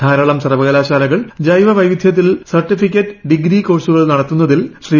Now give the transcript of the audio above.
ധാരാളം സർവ്വകലാശാലകൾ ജൈവവൈവിധൃത്തിൽ സർട്ടിഫിക്കറ്റ് ഡിഗ്രി കോഴ്സുകൾ നടത്തുന്നതിൽ ശ്രീ